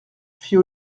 fit